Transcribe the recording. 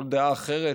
כל דעה אחרת